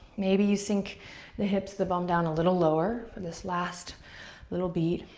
maybe you sink the hips, the bum down a little lower, for this last little beat